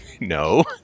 No